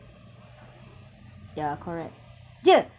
yeah correct dear